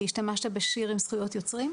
כי השתמשת בשיר עם זכויות יוצרים,